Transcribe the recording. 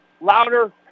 louder